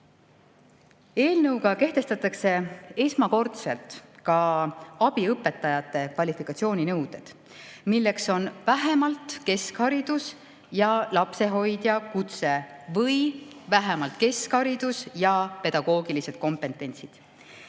Eelnõuga kehtestatakse esmakordselt ka abiõpetajate kvalifikatsiooninõuded, milleks on vähemalt keskharidus ja lapsehoidja kutse või vähemalt keskharidus ja pedagoogilised kompetentsid.